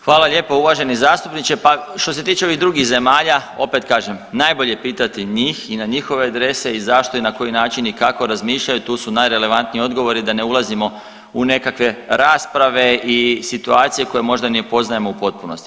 Hvala lijepo uvaženi zastupniče, pa što se tiče ovih drugih zemalja opet kažem najbolje pitati njih i na njihove adrese i zašto i na koji način i kako razmišljaju, tu su najrelevantniji odgovori da ne ulazimo u nekakve rasprave i situacije koje možda ne poznajemo u potpunosti.